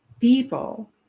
people